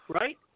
right